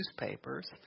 newspapers